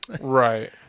right